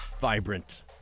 vibrant